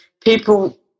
people